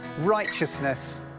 righteousness